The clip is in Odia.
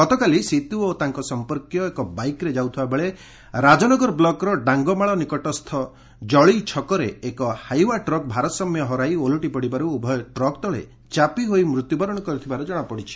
ଗତକାଲି ସୀତୁ ଓ ତାଙ୍କ ସଂପକୀୟ ଏକ ବାଇକ୍ରେ ଯାଉଥିବା ବେଳେ ରାଜନଗର ବ୍କର ଡାଙ୍ଗମାଳ ନିକଟସ୍ଥ ଜଳି ଛକରେ ଏକ ହାଇଓ୍ୱା ଟ୍ରକ୍ ଭାରସାମ୍ୟ ହରାଇ ଓଲଟି ପଡ଼ିବାରୁ ଉଭୟ ଟ୍ରକ୍ ତଳେ ଚାପି ହୋଇ ମୃତ୍ୟୁବରଣ କରିଥିବା ଜଣାପଡ଼ିଛି